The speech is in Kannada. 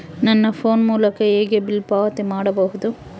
ನನ್ನ ಫೋನ್ ಮೂಲಕ ಹೇಗೆ ಬಿಲ್ ಪಾವತಿ ಮಾಡಬಹುದು?